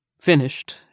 Finished